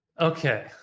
Okay